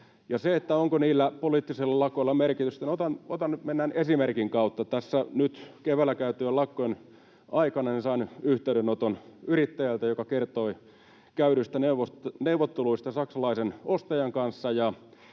onko niillä poliittisilla lakoilla merkitystä: Nyt mennään esimerkin kautta. Nyt keväällä käytyjen lakkojen aikana sain yhteydenoton yrittäjältä, joka kertoi käydyistä neuvotteluista saksalaisen ostajan kanssa.